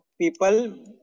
people